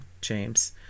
James